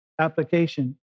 application